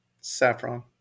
saffron